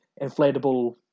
inflatable